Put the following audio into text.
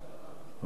החינוך,